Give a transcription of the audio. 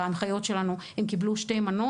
בהנחיות שלנו,